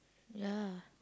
ya